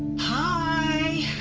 hi!